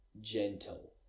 gentle